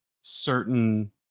certain